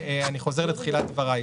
אני חוזר לתחילת דבריי.